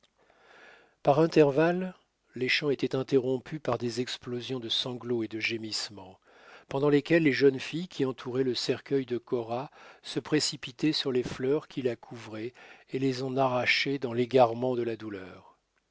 par intervalle les chants étaient interrompus par des explosions de sanglots et de gémissements pendant lesquels les jeunes filles qui entouraient le cercueil de cora se précipitaient sur les fleurs qui la couvraient et les en arrachaient dans l'égarement de la douleur